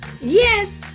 Yes